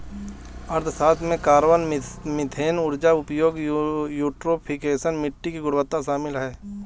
अर्थशास्त्र में carbon, methane ऊर्जा उपयोग, यूट्रोफिकेशन, मिट्टी की गुणवत्ता शामिल है